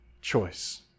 choice